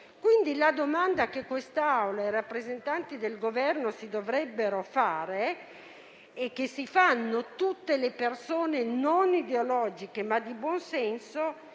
Quindi, la domanda che l'Assemblea e i rappresentanti del Governo si dovrebbero porre e che si pongono tutte le persone non ideologiche, ma di buon senso,